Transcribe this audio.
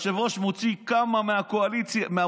היושב-ראש מוציא כמה מהאופוזיציה,